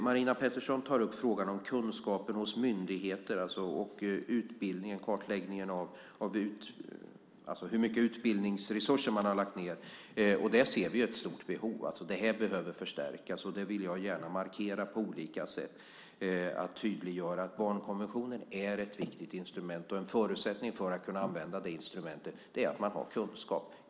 Marina Pettersson tar upp frågan om kunskapen hos myndigheter och hur mycket utbildningsresurser man har lagt ned. Där ser vi ett stort behov; det här behöver förstärkas. Jag vill gärna på olika sätt markera att vi ska tydliggöra att barnkonventionen är ett viktigt instrument, och en förutsättning för att man ska kunna använda det instrumentet är att man har kunskap.